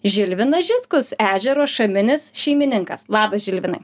žilvinas žitkus ežero šaminis šeimininkas labas žilvinai